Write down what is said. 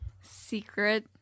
Secret